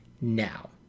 now